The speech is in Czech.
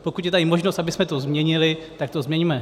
Pokud je tady možnost, abychom to změnili, tak to změňme.